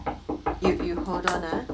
you you hold on ah